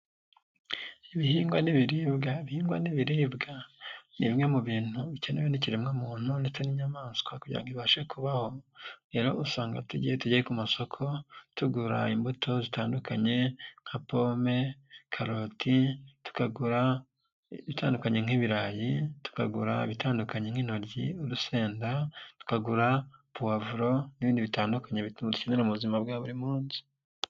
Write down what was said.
Ibihingwa n'ibiribwa, ibihingwa n'ibiribwa ni bimwe mu bintu bikenewe n'ikiremwa muntu ndetse n'inyamaswa kugira ngo ibashe kubaho, rero usanga tujya iyo tugiye ku masoko tugura imbuto zitandukanye nka pome, karoti, tukagura ibitandukanye nk'ibirayi, tukagura ibitandukanye nk'intoryi, urusenda, tukagura puwavuro n'ibindi bitandukanye bituma dukenera mu buzima bwa buri munsi.